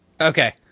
Okay